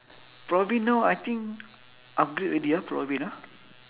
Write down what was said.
pulau ubin now I think upgrade already ah pulau ubin ah